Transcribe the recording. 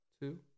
Two